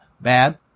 bad